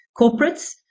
corporates